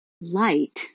light